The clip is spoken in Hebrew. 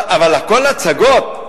אבל, הכול הצגות?